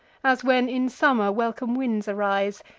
as when, in summer, welcome winds arise,